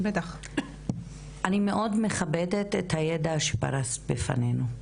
אני מאוד מכבדת את הידע שפרסת בפנינו,